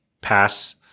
pass